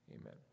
Amen